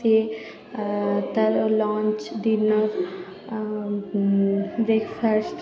ସିଏ ତାର lunch dinner ଆଉ ବ୍ରେକ୍ଫାଷ୍ଟ୍